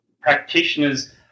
practitioners